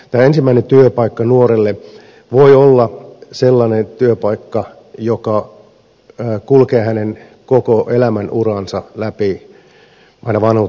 tämä ensimmäinen työpaikka nuorelle voi olla sellainen työpaikka joka kulkee hänen koko elämän uransa läpi aina vanhuuteen asti